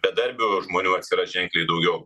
bedarbių žmonių atsiras ženkliai daugiau